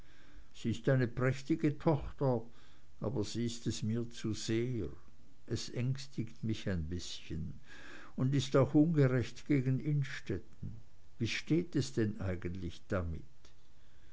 sie ist eine prächtige tochter aber sie ist es mir zu sehr es ängstigt mich ein bißchen und ist auch ungerecht gegen innstetten wie steht es denn eigentlich damit